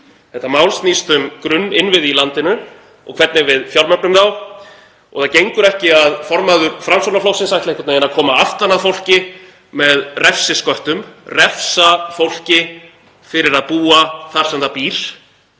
Þetta mál snýst um grunninnviði í landinu og hvernig við fjármögnum þá og það gengur ekki að formaður Framsóknarflokksins ætli einhvern veginn að koma aftan að fólki með refsisköttum, refsa fólki fyrir að búa þar sem það býr.